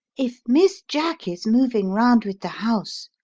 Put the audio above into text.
if miss jack is moving round with the house,